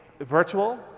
virtual